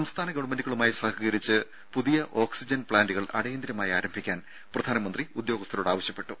സംസ്ഥാന ഗവൺമെന്റുകളുമായി സഹകരിച്ച് പുതിയ ഓക്സിജൻ പ്ലാന്റുകൾ അടിയന്തരമായി ആരംഭിക്കാൻ പ്രധാനമന്ത്രി ഉദ്യോഗസ്ഥരോട് ആവശ്യപ്പെട്ടു